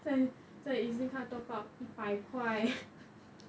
在在 EZ-link 卡 top up 一百块